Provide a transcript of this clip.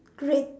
great